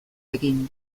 egin